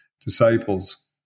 disciples